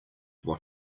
what